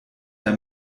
der